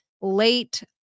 late